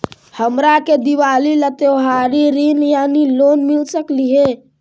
हमरा के दिवाली ला त्योहारी ऋण यानी लोन मिल सकली हे?